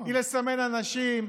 היא לסמן אנשים.